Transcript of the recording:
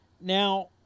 Now